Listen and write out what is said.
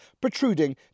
protruding